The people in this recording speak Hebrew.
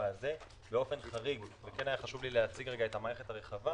הזה באופן חריג ושונה והיה לי חשוב להציג את המערכת הרחבה